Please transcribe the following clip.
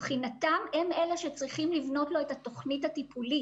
הם אלה שצריכים לבנות לאותם בני נוער את התכנית הטיפולית.